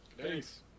Thanks